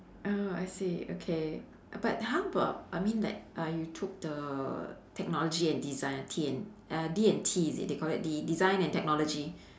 oh I see okay but how about I mean like uh you took the technology and design T and uh D&T is it they call it de~ design and technology